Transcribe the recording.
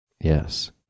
Yes